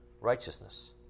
righteousness